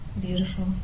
beautiful